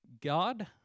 God